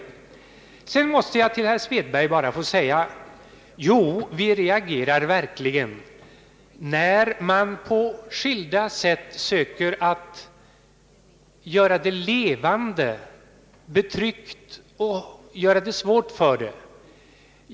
Vidare måste jag till herr Svedberg få säga: Jo, vi reagerar verkligen, när man på skilda sätt söker att göra det levande betryckt och göra det svårt för det.